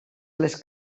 les